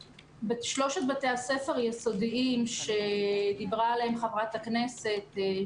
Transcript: שלושת בתי הספר היסודיים שדיברה עליהם חברת הכנסת תהלה,